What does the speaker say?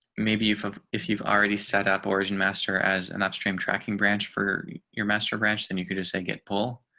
maybe you have if you've already set up origin master as an upstream tracking branch for your master branch, then you could just say get pull.